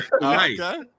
nice